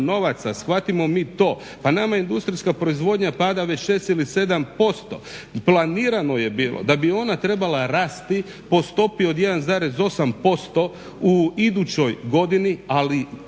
novaca shvatimo mi to. Pa nama industrijska proizvodnja pada već 6 ili 7%. Planirano je bilo da bi ona trebala rasti po stopi od 1,8% u idućoj godini ali